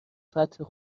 فتح